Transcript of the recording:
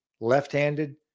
left-handed